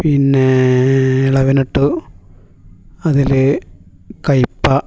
പിന്നെ ഇളവൻ ഇട്ടു അതിൽ കയ്പ്പയ്ക്ക